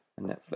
Netflix